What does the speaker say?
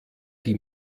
die